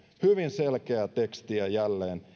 hyvin selkeää tekstiä